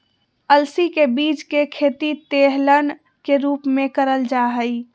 अलसी के बीज के खेती तेलहन के रूप मे करल जा हई